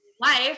life